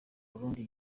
burundi